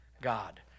God